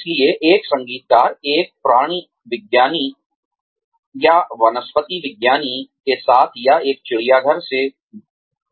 इसलिए एक संगीतकार एक प्राणीविज्ञानी या वनस्पति विज्ञानी के साथ या एक